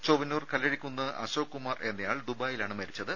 ചൊവ്വന്നൂർ കല്ലഴിക്കുന്ന് അശോക് കുമാർ എന്നയാൾ ദുബായിയിലാണ് മരിച്ചത്